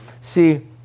see